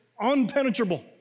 unpenetrable